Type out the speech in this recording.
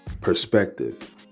perspective